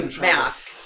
mask